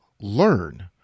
learn